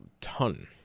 ton